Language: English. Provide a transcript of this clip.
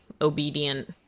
obedient